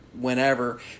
whenever